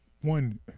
one